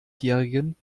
jährigen